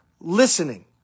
listening